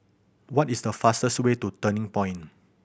what is the fastest way to Turning Point